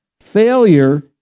Failure